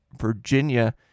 Virginia